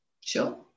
Sure